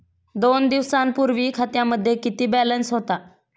दोन दिवसांपूर्वी खात्यामध्ये किती बॅलन्स होता?